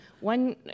One